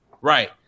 Right